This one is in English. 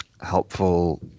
helpful